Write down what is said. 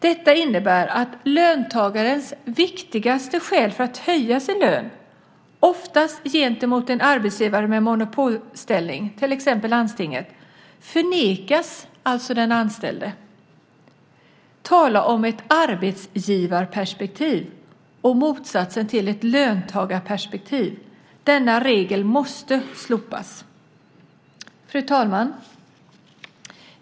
Det innebär alltså att löntagarens viktigaste skäl för att höja sin lön, oftast gentemot en arbetsgivare med monopolställning som till exempel landstinget, förnekas den anställde. Tala om ett arbetsgivarperspektiv och motsatsen till ett löntagarperspektiv. Denna regel måste slopas! Fru talman!